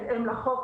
יכולות,